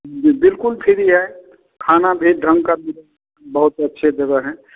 जी बिलकुल फ्री है खाना भी ढंग का बहुत अच्छे जगह है